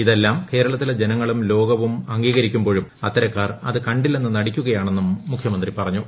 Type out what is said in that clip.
ഇതെല്ലാം ജനങ്ങളും ലോകവും അംഗീകരിക്കുമ്പോഴും അത് അത്തരക്കാർ കണ്ടില്ലെന്ന് നടിക്കുകയാണെന്നും മുഖ്യമന്ത്രി പറഞ്ഞു